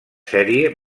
sèrie